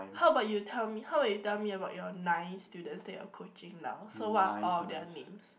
how about you tell me how about you tell me about your nine students that you are coaching now so what are all of their names